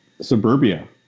suburbia